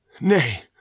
Nay